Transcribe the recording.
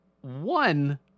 One